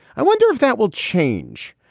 i wonder if that will change.